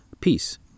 peace